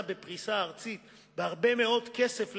בפריסה ארצית ולהשקיע הרבה מאוד כסף,